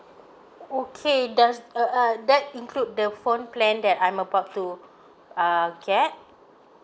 okay does uh err that include the phone plan that I'm about to err get